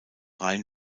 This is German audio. rein